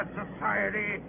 society